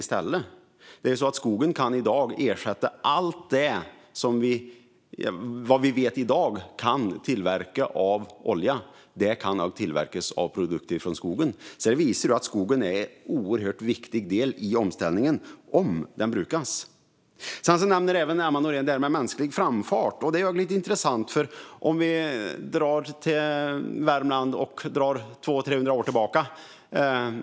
Produkter från skogen kan i dag ersätta allt det som vi i dag kan tillverka av olja. Det visar att skogen är en viktig del i omställningen, om den brukas. Emma Nohrén nämner också mänsklig framfart. Låt oss gå 200-300 år tillbaka till Värmland.